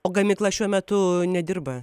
o gamykla šiuo metu nedirba